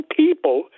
people